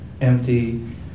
empty